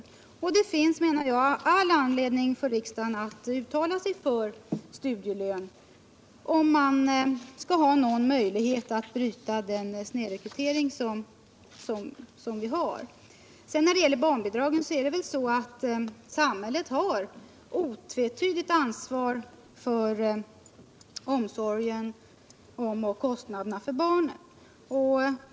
Därför anser jag att det finns all anledning för riksdagen att uttala sig för studielön — om det skall finnas någon möjlighet att bryta den snedrekrytering som vi har. När det gäller barnbidragen har samhället otvetydigt ansvar för omsorgen om och kostnaderna för barnen.